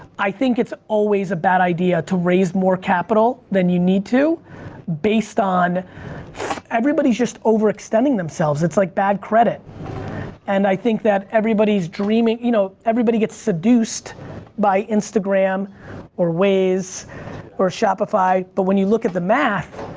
i think it's always a bad idea to raise more capital than you need to based on everybody's just overextending themselves. it's like bad credit and i think that everybody's dreaming, you know everybody gets seduced by instagram or waze or shopify but when you look at the math,